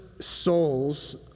souls